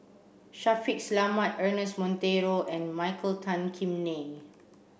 Shaffiq Selamat Ernest Monteiro and Michael Tan Kim Nei